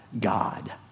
God